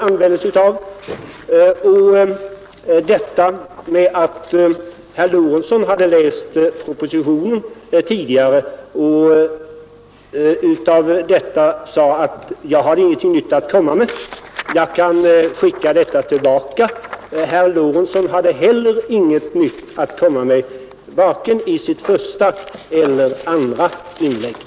Och detta att herr Lorentzon hade läst propositionen tidigare och därför menade att jag inte hade någonting nytt att komma med kan jag skicka tillbaka. Herr Lorentzon hade heller inget nytt att komma med, varken i sitt första eller i sitt andra inlägg.